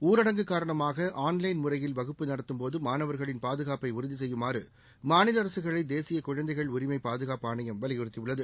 ஊரடங்கு காரணமாக online முறையில் வகுப்பு நடத்தும் போது மாணவர்களின் பாதுகாப்பை உறுதி செய்யுமாறு மாநில அரசுகளை தேசிய குழந்தைகள் உரிமை பாதுகாப்பு ஆணையம் வலியுறுத்தியுள்ளது